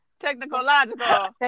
technological